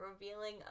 revealing